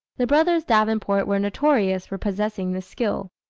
the brothers davenport were notorious for possessing this skill.